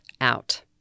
out